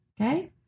Okay